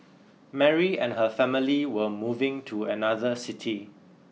Mary and her family were moving to another city